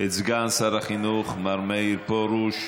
את סגן שר החינוך, מר מאיר פרוש.